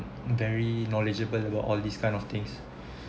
very knowledgeable about all these kind of things